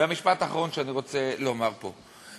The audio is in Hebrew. והמשפט האחרון שאני רוצה לומר פה,